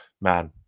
man